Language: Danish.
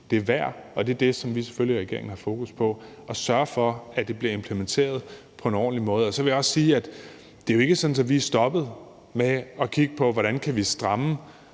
jeg mener, det er det værd, og vi i regeringen har selvfølgelig fokus på, at det bliver implementeret på en ordentlig måde. Så vil jeg også sige, at det jo ikke er sådan, at vi er stoppet med at kigge på, hvordan vi kan stramme